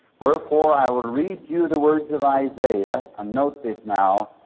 wherefore, i will read you the words of isaiah. and note this, now.